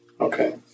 Okay